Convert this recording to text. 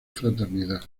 fraternidad